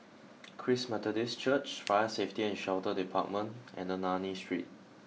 Christ Methodist Church Fire Safety and Shelter Department and Ernani Street